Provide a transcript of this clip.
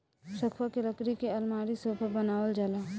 सखुआ के लकड़ी के अलमारी, सोफा बनावल जाला